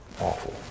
awful